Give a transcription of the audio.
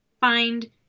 find